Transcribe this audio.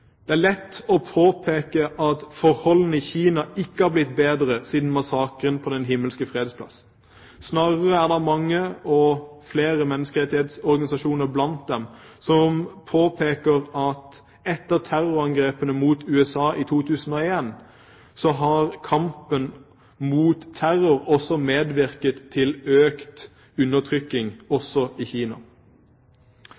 Det er lett å påpeke at forholdene i Kina ikke har blitt bedre siden massakren på Den himmelske freds plass. Snarere er det mange, og flere menneskerettighetsorganisasjoner blant dem, som påpeker at etter terrorangrepene mot USA i 2001 har kampen mot terror medvirket til økt undertrykking